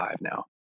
now